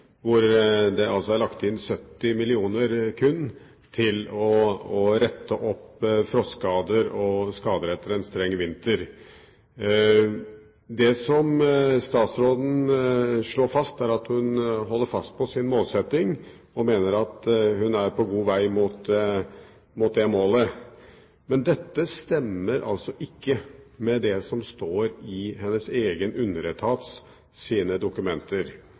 hvor det er lagt inn 70 mill. kr kun til å rette opp frostskader og skader etter en streng vinter. Det statsråden slår fast, er at hun holder fast ved sin målsetting og mener at hun er på god veg mot det målet. Men dette stemmer ikke med det som står i hennes egen underetats dokumenter.